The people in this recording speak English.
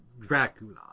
Dracula